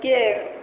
କିଏ